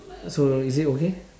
uh so is it okay